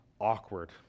awkward